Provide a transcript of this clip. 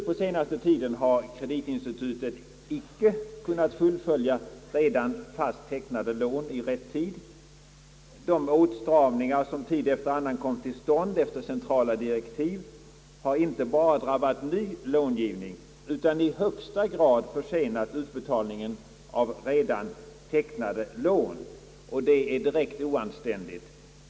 På senaste tiden har kreditinstituten icke kunnat fullfölja redan fast tecknade lån i rätt tid. De åtstramningar som tid efter annan kommit till stånd efter centrala direktiv har inte bara drabbat ny långivning, utan i högsta grad försenat utbetalningen av redan tecknade lån. Detta är direkt oanständigt.